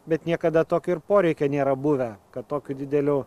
bet niekada tokio ir poreikio nėra buvę kad tokiu dideliu